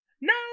No